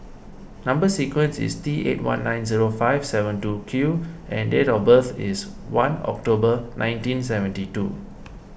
Number Sequence is T eight one nine zero five seven two Q and date of birth is one October nineteen seventy two